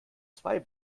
zwei